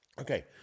Okay